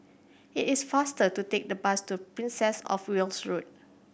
it is faster to take the bus to Princess Of Wales Road